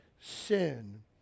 sin